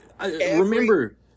remember